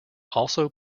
also